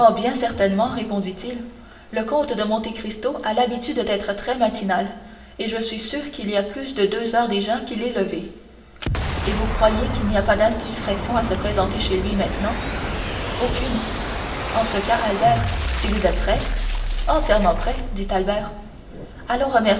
certainement répondit-il le comte de monte cristo a l'habitude d'être très matinal et je suis sûr qu'il y a plus de deux heures déjà qu'il est levé et vous croyez qu'il n'y a pas d'indiscrétion à se présenter chez lui maintenant aucune en ce cas albert si vous êtes prêt entièrement prêt dit albert allons